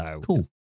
Cool